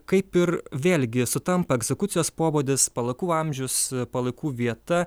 kaip ir vėlgi sutampa egzekucijos pobūdis palaikų amžius palaikų vieta